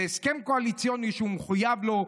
זה הסכם קואליציוני שהוא מחויב לו.